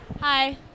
Hi